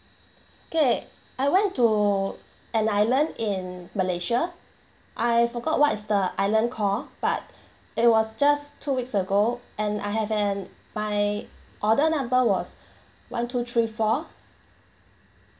okay I went to an island in malaysia I forgot what is the island called but it was just two weeks ago and I have an my order number was one two three four